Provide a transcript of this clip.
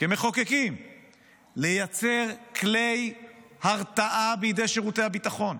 כמחוקקים לייצר כלי הרתעה בידי שירותי הביטחון.